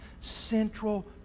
central